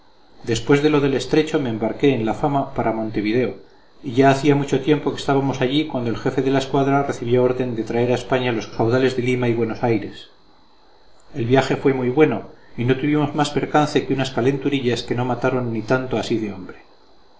después de lo del estrecho me embarqué en la fama para montevideo y ya hacía mucho tiempo que estábamos allí cuando el jefe de la escuadra recibió orden de traer a españa los caudales de lima y buenos aires el viaje fue muy bueno y no tuvimos más percance que unas calenturillas que no mataron ni tanto así de hombre